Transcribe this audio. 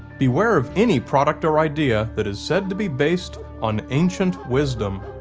beware of any product or idea that is said to be based on ancient wisdom.